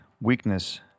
weakness